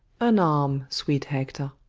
unarm, sweet hector.